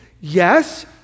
Yes